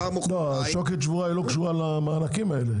מחר או מוחרתיים --- שוקת שבורה לא קשורה למענקים האלה.